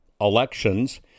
elections